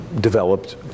developed